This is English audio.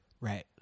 Right